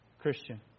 Christian